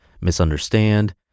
misunderstand